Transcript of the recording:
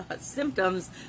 symptoms